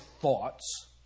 thoughts